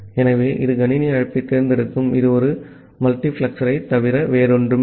ஆகவே இது கணினி அழைப்பைத் தேர்ந்தெடுக்கும் இது ஒரு மல்டிபிளெக்சரைத் தவிர வேறில்லை